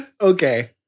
Okay